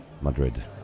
Madrid